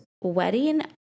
wedding